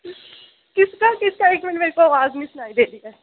किसका किसका एक मिनट मेरे को आवाज़ नी सुनाई दे रही है